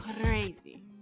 crazy